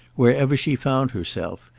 wherever she found herself,